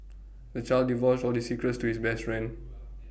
the child divulged all his secrets to his best friend